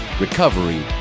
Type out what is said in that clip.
recovery